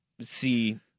see